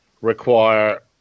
require